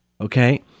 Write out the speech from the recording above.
okay